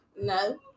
No